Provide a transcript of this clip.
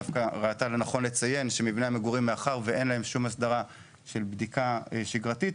דווקא ראתה לנכון לציין שמאחר שלמבני מגורים אין אסדרה של בדיקה שגרתית,